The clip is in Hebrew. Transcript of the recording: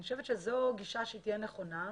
אני חושבת שזו גישה שתהיה נכונה.